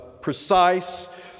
precise